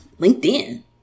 LinkedIn